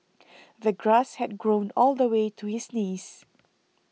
the grass had grown all the way to his knees